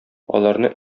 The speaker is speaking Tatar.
аларны